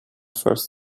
first